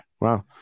Wow